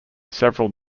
several